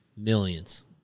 Millions